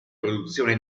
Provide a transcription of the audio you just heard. produzione